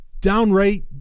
downright